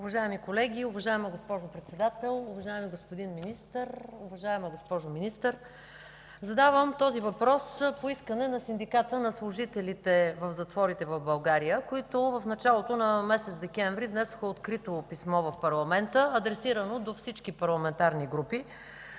Уважаеми колеги, уважаема госпожо Председател, уважаеми господин Министър, уважаема госпожо Министър! Задавам този въпрос по искане на Синдиката на служителите в затворите в България, които в началото на месец декември внесоха открито писмо в парламента, адресирано до всички парламентарни групи.